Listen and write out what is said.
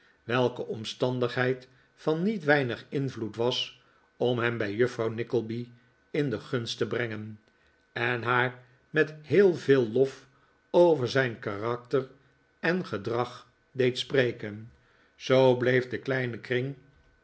welke omstandigheid van niet weinig invloed was om hem bij juffrouw nickleby in de gunst te brengen en haar met heel veel lof over zijn karakter en gedrag deed spreken zoo bleef de kleine